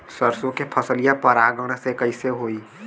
सरसो के फसलिया परागण से कईसे होई?